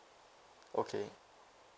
okay